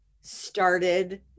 started